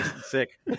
Sick